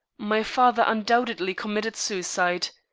my father undoubtedly committed suicide.